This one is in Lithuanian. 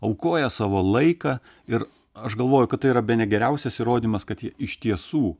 aukoja savo laiką ir aš galvoju kad tai yra bene geriausias įrodymas kad iš tiesų